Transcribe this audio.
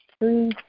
Three